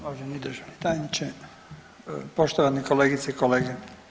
Uvaženi državni tajniče, poštovane kolegice i kolege.